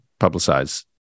publicize